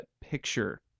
picture